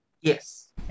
Yes